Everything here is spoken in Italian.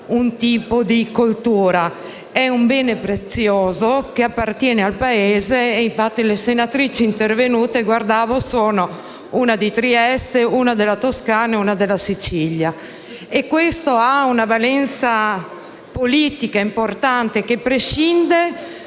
un tipo di coltura. È un bene prezioso, che appartiene al Paese; infatti notavo che le senatrici intervenute sono una di Trieste, una della Toscana e una della Sicilia. Questo ha una valenza politica importante, che prescinde dalle